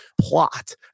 plot